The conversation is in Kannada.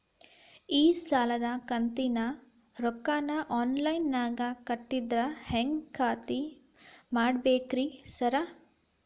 ಈ ಸಾಲದ ಕಂತಿನ ರೊಕ್ಕನಾ ಆನ್ಲೈನ್ ನಾಗ ಕಟ್ಟಿದ್ರ ಹೆಂಗ್ ಖಾತ್ರಿ ಮಾಡ್ಬೇಕ್ರಿ ಸಾರ್?